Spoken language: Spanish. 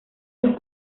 los